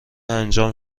انجام